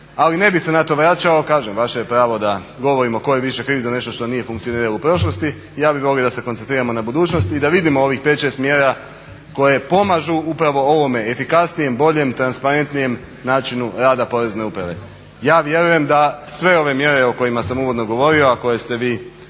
ali ne bih se na to vraćao. Kažem vaše je pravo da govorimo tko je više kriv za nešto što nije funkcioniralo u prošlosti. Ja bih volio da se koncentriramo na budućnost i da vidimo ovih 5, 6 mjera koje pomažu upravo ovome efikasnijem, boljem, transparentnijem načinu rada Porezne uprave. Ja vjerujem da sve ove mjere o kojima sam uvodno govorio, a vi